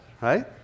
right